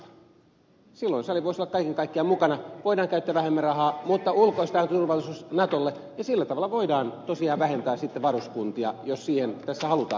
silloin sali voisi olla kaiken kaikkiaan mukana voidaan käyttää vähemmän rahaa mutta ulkoistetaan turvallisuus natolle ja sillä tavalla voidaan tosiaan vähentää varuskuntia jos sitä tässä halutaan